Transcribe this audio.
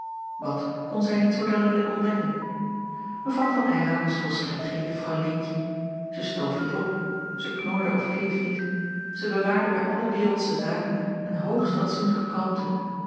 wat kon zij niet zoo dadelijk ontdekken mevrouw van eylar was volstrekt geen juffrouw leentje zij stoof niet op zij knorde of keef niet zij bewaarde bij alle wereldsche zaken een hoogst fatsoenlijke kalmte